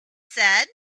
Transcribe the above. said